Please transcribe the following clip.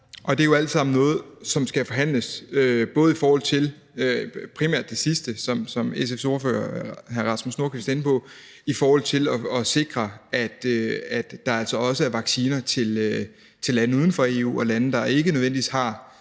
Det er jo alt sammen noget, som skal forhandles – primært det sidste, som SF's ordfører, hr. Rasmus Nordqvist, er inde på – i forhold til at sikre, at der altså også er vacciner til lande uden for EU og lande, der ikke nødvendigvis har